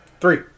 Three